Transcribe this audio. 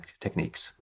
techniques